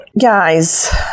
Guys